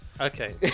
Okay